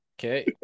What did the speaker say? okay